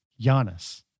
Giannis